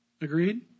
Agreed